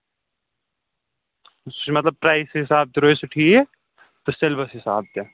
سُہ چھُ مطلب پرٛیِز حِسابہٕ درٛاو سُہ ٹھیٖک تہٕ سیلبَس حِسابہٕ تہِ